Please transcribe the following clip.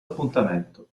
appuntamento